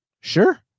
Sure